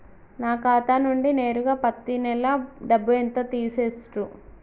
నా ఖాతా నుండి నేరుగా పత్తి నెల డబ్బు ఎంత తీసేశిర్రు?